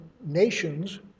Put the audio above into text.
nations